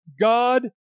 God